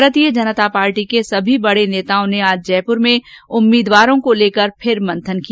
मारतीय जनता पार्टी के सभी बडे नेताओं ने आज जयपुर में उम्मीदवारों को लेकर फिर मंथन किया